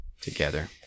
together